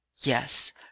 yes